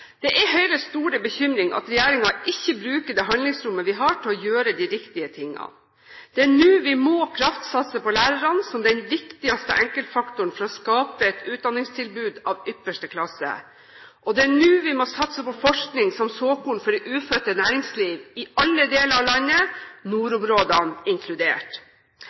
Det er Høyres store bekymring at regjeringen ikke bruker det handlingsrommet vi har, til å gjøre de riktige tingene. Det er nå vi må kraftsatse på lærerne som den viktigste enkeltfaktoren for å skape et utdanningstilbud av ypperste klasse. Det er nå vi må satse på forskning som såkorn for det ufødte næringsliv i alle deler av landet, nordområdene inkludert.